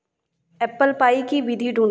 Apple pie की विधि ढूँढ